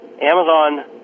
Amazon